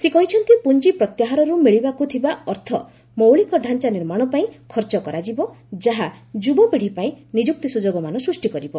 ସେ କହିଛନ୍ତି ପୁଞ୍ଜି ପ୍ରତ୍ୟାହାରରୁ ମିଳିବାକୁ ଥିବା ଅର୍ଥ ମୌଳିକ ଡ଼ାଞ୍ଚା ନିର୍ମାଣ ପାଇଁ ଖର୍ଚ୍ଚ କରାଯିବ ଯାହା ଯୁବ ପିଢ଼ୀ ପାଇଁ ନିଯୁକ୍ତି ସୁଯୋଗମାନ ସୃଷ୍ଟି କରିବ